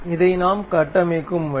இதை நாம் கட்டமைக்கும் வழி